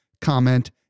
comment